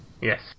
yes